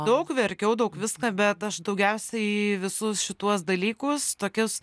daug verkiau daug viską bet aš daugiausiai visus šituos dalykus tokius